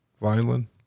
violin